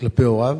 כלפי הוריו?